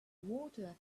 water